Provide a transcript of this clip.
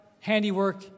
handiwork